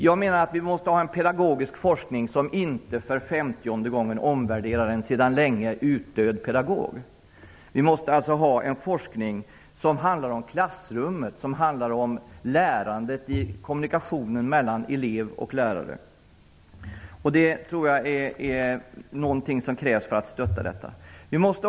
Jag menar att vi måste ha en pedagogisk forskning som inte för femtionde gången omvärderar en sedan länge utdöd pedagogik. Vi måste ha en forskning som handlar om klassrummet, som handlar om lärandet i kommunikationen mellan elev och lärare. Jag tror att det är något som krävs för att stödja denna forskning.